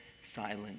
silent